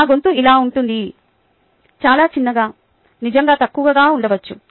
నా గొంతు ఇలా ఉంటుంది - చాలా చిన్నగా నిజంగా తక్కువగా ఉండవచ్చు